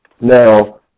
Now